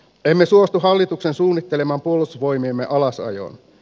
emme suostu hallituksen suunnittelemaan puolustusvoimiemme alasajoon